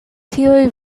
tiuj